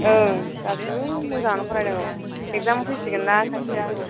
ओं गासिबो मोजाङानो फरायनांगौ एकजाम फैसिगोन ना खाथिया